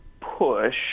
push